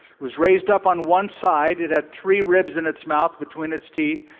was raised up on one side. it had three ribs in its mouth between its teeth.